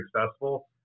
successful